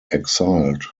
exiled